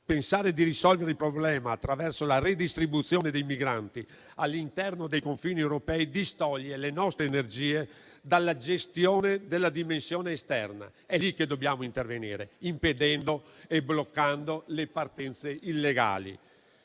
Pensare di risolvere il problema attraverso la redistribuzione dei migranti all'interno dei confini europei distoglie le nostre energie dalla gestione della dimensione esterna; è lì che dobbiamo intervenire, impedendo e bloccando le partenze illegali.